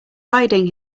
hiding